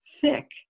thick